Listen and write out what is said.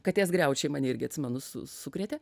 katės griaučiai mane irgi atsimenu su sukrėtė